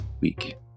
week